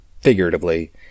figuratively